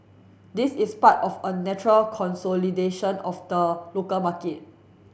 this is part of a natural consolidation of the local market